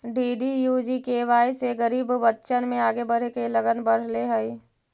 DDUGKY से गरीब बच्चन में आगे बढ़े के लगन बढ़ले हइ